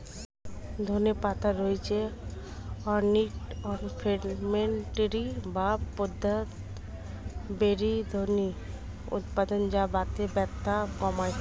ধনে পাতায় রয়েছে অ্যান্টি ইনফ্লেমেটরি বা প্রদাহ বিরোধী উপাদান যা বাতের ব্যথা কমায়